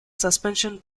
suspension